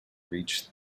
reached